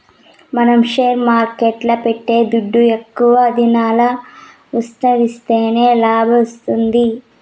మనం షేర్ మార్కెట్ల పెట్టే దుడ్డు ఎక్కువ దినంల ఉన్సిస్తేనే లాభాలొత్తాయి